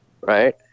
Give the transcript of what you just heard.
Right